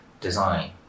design